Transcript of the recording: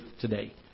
today